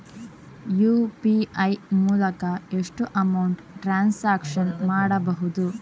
UPI ಮೂಲಕ ಎಷ್ಟು amount transaction ಮಾಡಬಹುದು?